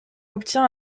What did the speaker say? obtient